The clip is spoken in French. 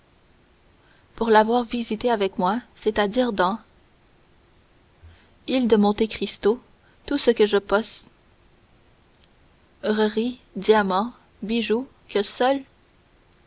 pour l'avoir visité avec moi c'est-à-dire dans île de monte cristo tout ce que je pos reries diamants bijoux que seul